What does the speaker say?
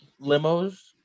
limos